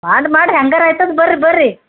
ಮಾಡಿ ಮಾಡಿರಿ ಹಂಗಾರ ಆಯ್ತದೆ ಬರ್ರಿ ಬರ್ರಿ